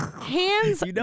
Hands